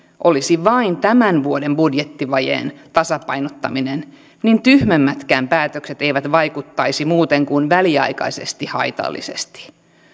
olisi vain tämän vuoden budjettivajeen tasapainottaminen niin tyhmemmätkään päätökset eivät vaikuttaisi muuten kuin väliaikaisesti haitallisesti